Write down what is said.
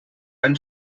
ein